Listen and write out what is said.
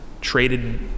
traded